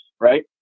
Right